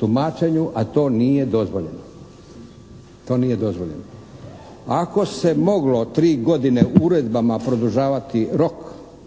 tumačenju, a to nije dozvoljeno. To nije dozvoljeno. Ako se moglo 3 godine uredbama produžavati rok